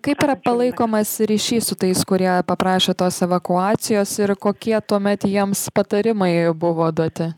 kaip yra palaikomas ryšys su tais kurie paprašė tos evakuacijos ir kokie tuomet jiems patarimai buvo duoti